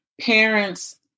parents